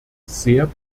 sehr